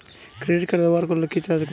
Credit card ব্যাবহার করলে কি চার্জ কাটবে?